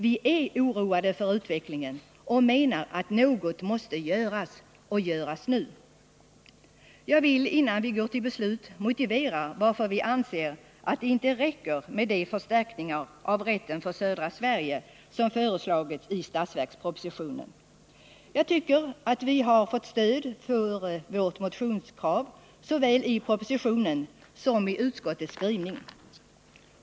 Vi är oroade för utvecklingen och menar att något måste göras och göras nu. Jag vill innan vi går till beslut motivera varför vi anser att det inte räcker med de förstärkningar av försäkringsrätten för södra Sverige som föreslagits i budgetpropositionen. Jag tycker att vi har fått stöd för vårt motionskrav, såväl i propositionen som i utskottets skrivning.